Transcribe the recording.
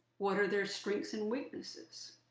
what are their strengths and weaknesses?